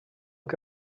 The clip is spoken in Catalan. que